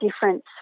difference